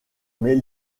mais